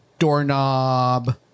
Doorknob